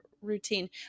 routine